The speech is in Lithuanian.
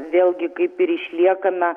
vėlgi kaip ir išliekame